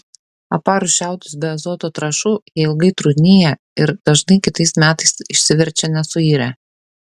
aparus šiaudus be azoto trąšų jie ilgai trūnija ir dažnai kitais metais išsiverčia nesuirę